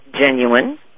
genuine